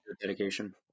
dedication